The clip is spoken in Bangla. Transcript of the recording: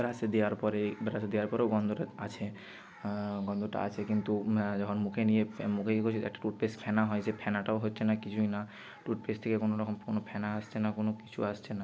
ব্রাশে দেওয়ার পরে ব্রাশে দেওয়ার পরেও গন্ধটা আছে গন্ধটা আছে কিন্তু যখন মুখে নিয়ে মুখে করছি তো একটা টুথপেস্ট ফেনা হয় সে ফেনাটাও হচ্ছে না কিছুই না টুথপেস্ট থেকে কোনো রকম কোনো ফেনা আসছে না কোনো কিছু আসছে না